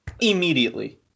Immediately